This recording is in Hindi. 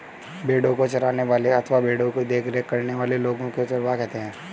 भेड़ों को चराने वाले अथवा भेड़ों की देखरेख करने वाले लोगों को चरवाहा कहते हैं